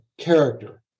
character